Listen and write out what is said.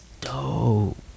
dope